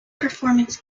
performance